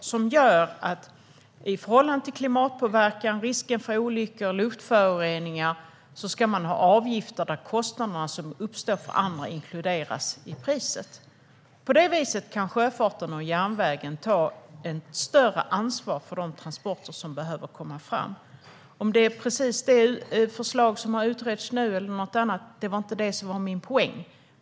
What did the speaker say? Det gör att i förhållande till klimatpåverkan, risken för olyckor och luftföroreningar ska man ha avgifter där kostnaderna som uppstår inkluderas i priset. På det viset kan sjöfarten och järnvägen ta ett större ansvar för de transporter som behöver komma fram. Anders Åkesson frågar om det gäller precis det förslag som har utretts nu eller något annat. Det var inte det som var min poäng.